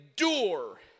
endure